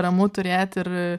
ramu turėti ir